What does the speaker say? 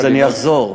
אז אחזור.